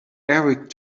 eric